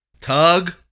Tug